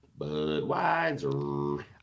Budweiser